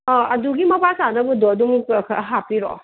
ꯑ ꯑꯗꯨꯒꯤ ꯃꯄꯥ ꯆꯥꯅꯕꯗꯣ ꯑꯗꯨꯃꯨꯛꯇꯣ ꯈꯔ ꯍꯥꯞꯄꯤꯔꯛꯑꯣ